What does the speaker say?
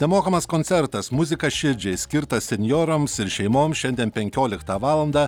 nemokamas koncertas muzika širdžiai skirtas senjorams ir šeimoms šiandien penkioliktą valandą